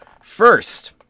First